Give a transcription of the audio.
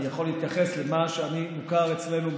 אני יכול להתייחס למה שמוכר אצלנו,